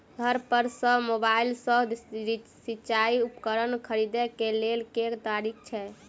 घर पर सऽ मोबाइल सऽ सिचाई उपकरण खरीदे केँ लेल केँ तरीका छैय?